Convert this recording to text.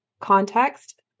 context